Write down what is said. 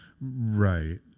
Right